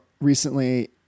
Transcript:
recently